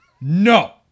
No